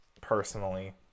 personally